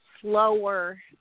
slower